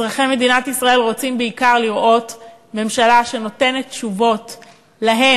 אזרחי מדינת ישראל רוצים בעיקר לראות שיש לממשלה תשובות להם,